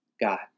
God